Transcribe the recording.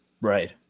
Right